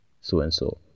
so-and-so